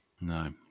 No